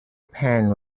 pan